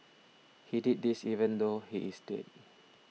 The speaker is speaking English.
he did this even though he is dead